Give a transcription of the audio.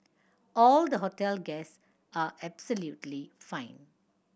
all the hotel guests are absolutely fine